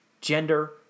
gender